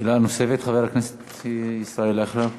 שאלה נוספת, חבר הכנסת ישראל אייכלר.